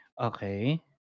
Okay